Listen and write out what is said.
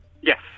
Yes